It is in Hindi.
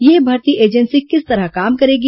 यह भर्ती एजेंसी किस तरह काम करेगी